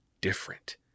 different